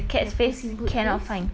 the puss in boot face